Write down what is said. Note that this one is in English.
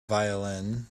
violin